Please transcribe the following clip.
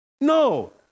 No